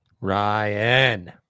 Ryan